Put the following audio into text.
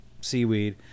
seaweed